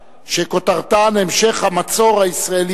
שבאמצעותה הוא השיב על נושאים שונים העומדים